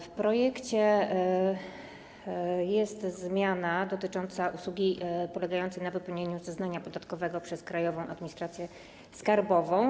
W projekcie jest zmiana dotycząca usługi polegającej na wypełnieniu zeznania podatkowego przez Krajową Administrację Skarbową.